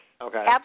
Okay